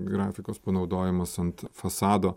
grafikos panaudojimas ant fasado